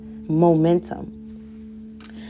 momentum